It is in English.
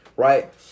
Right